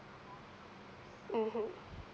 mmhmm